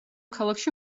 ქალაქში